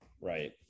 Right